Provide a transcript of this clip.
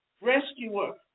rescuer